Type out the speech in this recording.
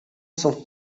some